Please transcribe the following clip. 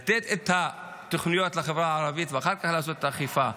לתת את התוכניות לחברה הערבית ואחר כך לעשות את האכיפה,